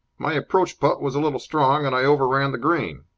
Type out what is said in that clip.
my approach-putt was a little strong, and i over-ran the green.